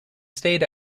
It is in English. stayed